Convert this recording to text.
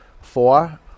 four